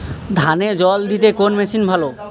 ধানে জল দিতে কোন মেশিন ভালো?